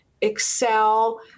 Excel